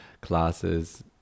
classes